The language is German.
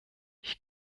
ich